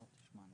קודם כול, אני